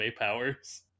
powers